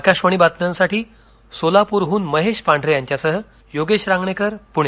आकाशवाणी बातम्यांसाठी सोलापूरहन महेश पांढरेसह योगेश रांगणेकर पणे